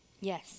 Yes